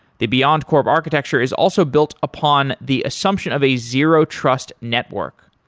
the beyondcorp architecture is also built upon the assumption of a zero trust network.